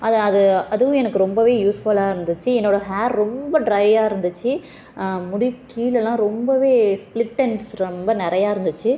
அதை அது அதுவும் எனக்கு ரொம்பவே யூஸ்ஃபுல்லாக இருந்துச்சு என்னோடய ஹேர் ரொம்ப ட்ரையாக இருந்துச்சு முடி கீழேலாம் ரொம்பவே ஸ்ப்ளிட் எண்ட்ஸ் ரொம்ப நிறையா இருந்துச்சு